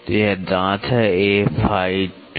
तो यह दांत है A फ़ाई २